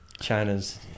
China's